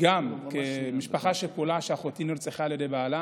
גם כמשפחה שכולה, שאחותי נרצחה בידי בעלה,